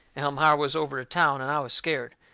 elmira was over to town, and i was scared.